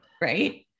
Right